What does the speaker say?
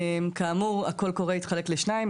כאמור הקול הקורא התחלק לשניים,